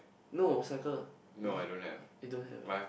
no cycle you don't have ah